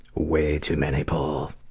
way too many paul.